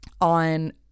on